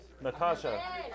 Natasha